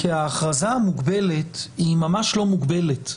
כי ההכרזה המוגבלת היא ממש לא מוגבלת.